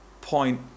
point